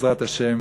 בעזרת השם,